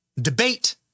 debate